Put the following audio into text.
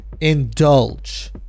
indulge